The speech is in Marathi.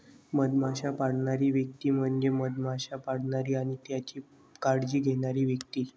मधमाश्या पाळणारी व्यक्ती म्हणजे मधमाश्या पाळणारी आणि त्यांची काळजी घेणारी व्यक्ती